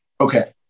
Okay